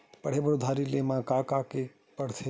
पढ़े बर उधारी ले मा का का के का पढ़ते?